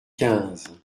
quinze